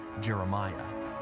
Jeremiah